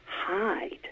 hide